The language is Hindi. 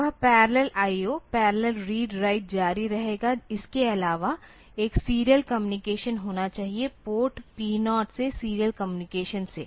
तो वह parallel IO parallel read write जारी रहेगा इसके अलावा एक सीरियल कम्युनिकेशन होना चाहिए पोर्ट P0 से सीरियल कम्युनिकेशन से